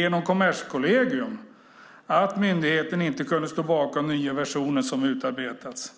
genom Kommerskollegium - att myndigheten inte kunde stå bakom den nya version som utarbetats.